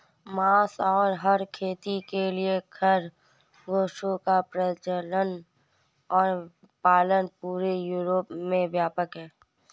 मांस और फर खेती के लिए खरगोशों का प्रजनन और पालन पूरे यूरोप में व्यापक है